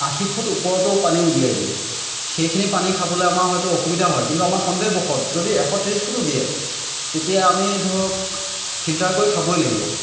আশী ফুট ওপৰতো পানী উলিয়াই দিয়ে সেইখিনি পানী খাবলৈ আমাৰ হয়তো অসুবিধা হয় কিন্তু আমাৰ সন্দেহবশতঃ যদি এশ ত্ৰিছ ফুটো দিয়ে তেতিয়া আমি ধৰক ফিল্টাৰ কৰি খাবই লাগিব